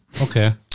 Okay